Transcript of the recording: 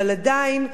אבל עדיין,